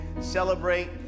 Celebrate